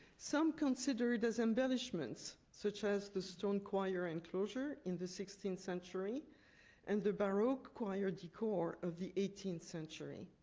some consider it as embellishments, such as the stone choir enclosure in the sixteenth century and the baroque choir decor of the eighteenth century.